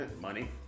Money